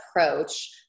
approach